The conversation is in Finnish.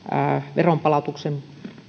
veronpalautuksen